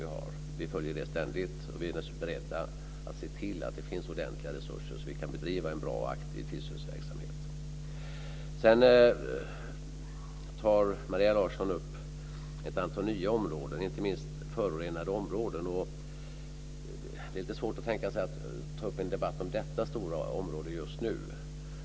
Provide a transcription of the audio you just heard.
Vi följer detta ständigt, och vi är naturligtvis beredda att se till att det finns ordentliga resurser så att vi kan bedriva en bra och aktiv tillsynsverksamhet. Sedan tar Maria Larsson upp ett antal nya frågor, inte minst förorenade områden. Det är lite svårt att ta upp en debatt om detta stora område just nu.